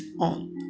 on